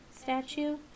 statue